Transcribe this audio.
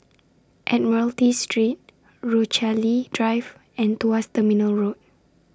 Admiralty Street Rochalie Drive and Tuas Terminal Road